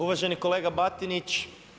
Uvaženi kolega Batinić.